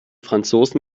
franzosen